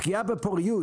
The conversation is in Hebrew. פגיעה בפוריות,